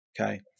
Okay